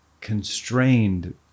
constrained